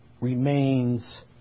remains